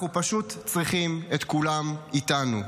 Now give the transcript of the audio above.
אנחנו פשוט צריכים את כולם איתנו.